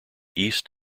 east